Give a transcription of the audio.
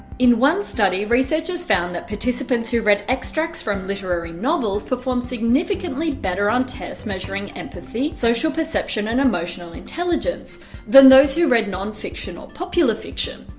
in one study, researchers found that participants who read extracts from literary novels performed significantly better on tests measuring empathy, social perception and emotional intelligence than those who read non-fiction or popular fiction.